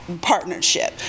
partnership